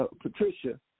Patricia